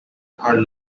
are